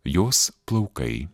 jos plaukai